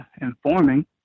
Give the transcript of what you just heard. informing